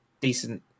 decent